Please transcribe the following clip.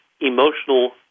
emotional